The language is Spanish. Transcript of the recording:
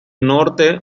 norte